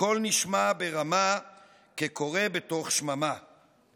וקול נשמע ברמה כקורא בתוך שממה /